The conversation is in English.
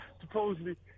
supposedly